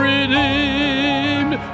Redeemed